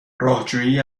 راهجویی